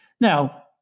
Now